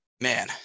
Man